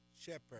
shepherd